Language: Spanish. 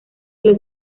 los